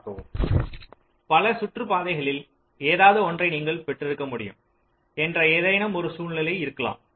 பல சுற்று பாதைகளில் ஏதாவது ஒன்றை நீங்கள் பெற்றிருக்க முடியும் என்ற ஏதேனும் ஒரு சூழ்நிலை இருக்கலாம்